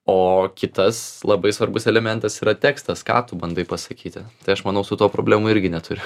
o kitas labai svarbus elementas yra tekstas ką tu bandai pasakyti tai aš manau su tuo problemų irgi neturiu